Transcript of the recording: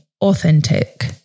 authentic